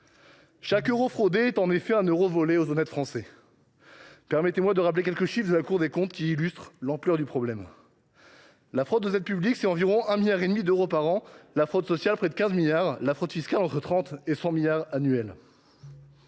Chaque euro fraudé est en effet un euro volé aux honnêtes Français. Permettez moi de rappeler quelques chiffres de la Cour des comptes, qui illustrent l’ampleur du problème : la fraude aux aides publiques, c’est environ 1,5 milliard d’euros par an ; la fraude sociale, près de 15 milliards d’euros ; la fraude fiscale, entre 30 milliards et